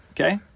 okay